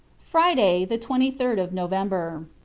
friday, the twenty third of november.